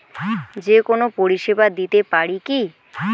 যে কোনো পরিষেবা দিতে পারি কি?